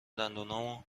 دندونامو